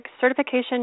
Certification